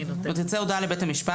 תצא הודעה לבית המשפט,